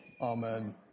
Amen